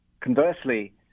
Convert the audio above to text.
Conversely